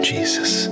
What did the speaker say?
Jesus